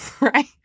right